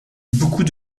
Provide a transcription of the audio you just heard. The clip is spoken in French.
beaucoup